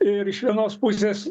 ir iš vienos pusės